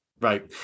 right